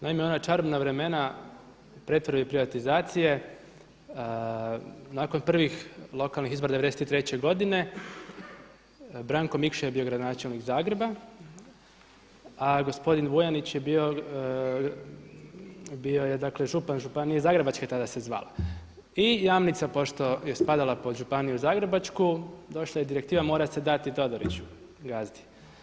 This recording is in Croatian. Naime, u ona čarobna vremena pretvorbe i privatizacije nakon prvih lokalnih izbora '93. godine Branko Mikša je bio gradonačelnik Zagreba, a gospodin Vuljanić je bio župan županije Zagrebačke tada se zvala i Jamnica pošto je spadala pod županiju zagrebačku, došla je direktiva mora se dati Todoriću gazdi.